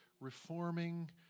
reforming